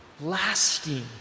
lasting